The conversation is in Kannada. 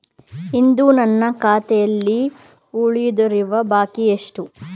ಇಂದು ನನ್ನ ಖಾತೆಯಲ್ಲಿ ಉಳಿದಿರುವ ಬಾಕಿ ಎಷ್ಟು?